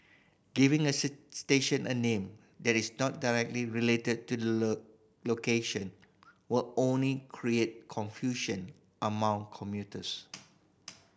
giving a station a name that is not directly related to the low location will only create confusion among commuters